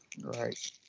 Right